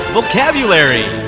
Vocabulary